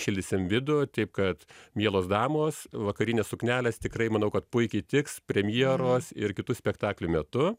šildysim vidų taip kad mielos damos vakarinės suknelės tikrai manau kad puikiai tiks premjeros ir kitų spektaklių metu